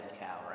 Cow